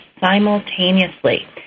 simultaneously